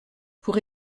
pour